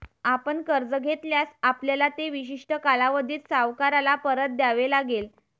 आपण कर्ज घेतल्यास, आपल्याला ते विशिष्ट कालावधीत सावकाराला परत द्यावे लागेल